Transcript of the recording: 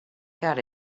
got